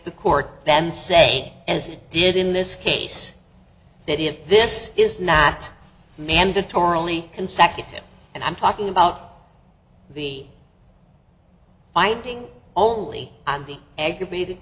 the court then say as it did in this case that if this is not mandatorily consecutive and i'm talking about the finding all the aggravated